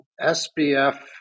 SBF